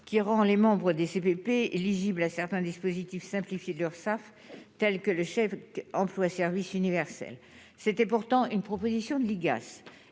qui rend les membres du CVP éligibles à certains dispositifs simplifier l'Urssaf, tels que le chèque emploi service universel, c'était pourtant une proposition de l'IGAS